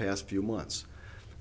past few months